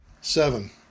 Seven